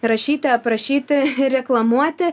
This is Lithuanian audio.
rašyti aprašyti reklamuoti